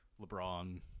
LeBron